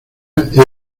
guerrera